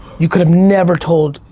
you could've never told,